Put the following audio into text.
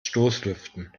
stoßlüften